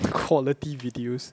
quality videos